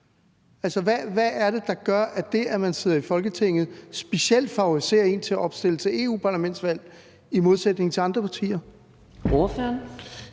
hvad er det, der gør, at det, at man sidder i Folketinget, specielt favoriserer en til at opstille til europaparlamentsvalg, i modsætning til andre partier?